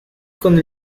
con